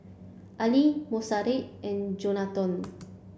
Ali Monserrat and Johnathon